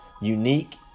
unique